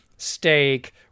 steak